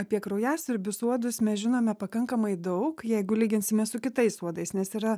apie kraujasiurbius uodus mes žinome pakankamai daug jeigu lyginsime su kitais uodais nes yra